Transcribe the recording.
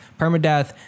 permadeath